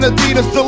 Adidas